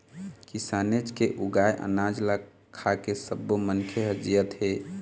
किसानेच के उगाए अनाज ल खाके सब्बो मनखे ह जियत हे